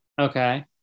Okay